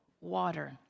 water